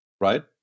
right